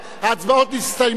ההצבעות נסתיימו.